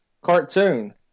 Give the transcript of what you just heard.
cartoon